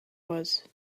was